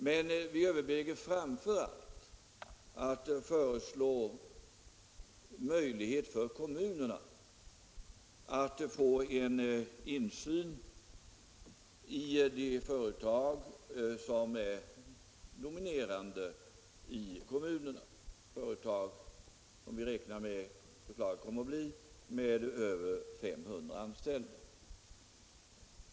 Men vi överväger framför allt att föreslå möjlighet för kommunerna till insyn i de företag som är dominerande i kommunerna. Vi räknar med att förslaget kommer att gälla företag med mer än 500 anställda.